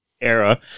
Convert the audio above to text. era